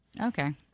Okay